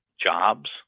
jobs